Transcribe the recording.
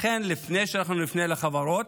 לכן, לפני שנפנה לחברות,